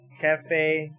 Cafe